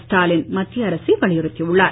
ஸ்டாலின் மத்திய அரசை வலியுறுத்தி உள்ளார்